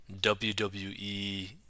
WWE